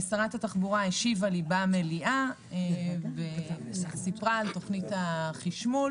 שרת התחבורה השיבה לי במליאה וסיפרה על תוכנית החשמול